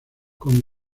con